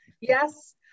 Yes